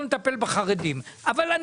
יש גם תושבי קצרין בתוכם, אבל אני